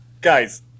Guys